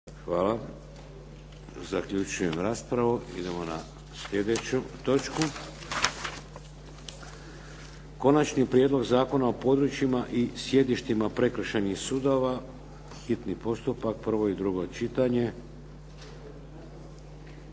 Vladimir (HDZ)** Idemo na slijedeću točku. - Konačni prijedlog zakona o područjima i sjedištima prekršajnih sudova, hitni postupak, prvo i drugo čitanje,